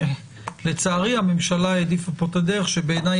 לצערי הממשלה העדיפה פה את הדרך שבעיניי